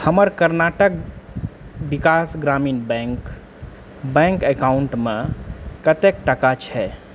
हमर Karnataka Vikas Grameen bank bank account कतेक टाका छै